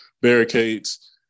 barricades